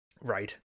Right